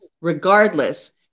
regardless